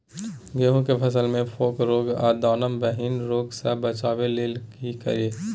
गेहूं के फसल मे फोक रोग आ दाना विहीन रोग सॅ बचबय लेल की करू?